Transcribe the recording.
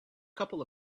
couple